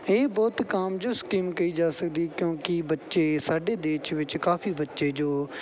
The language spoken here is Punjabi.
ਇਹ ਬਹੁਤ ਕਾਮਯਾਬ ਸਕੀਮ ਕਹੀ ਜਾ ਸਕਦੀ ਕਿਉਂਕਿ ਬੱਚੇ ਸਾਡੇ ਦੇਸ਼ ਵਿੱਚ ਕਾਫੀ ਬੱਚੇ ਜੋ